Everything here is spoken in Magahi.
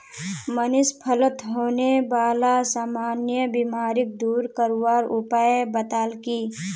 मनीष फलत होने बाला सामान्य बीमारिक दूर करवार उपाय बताल की